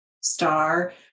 STAR